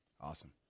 Awesome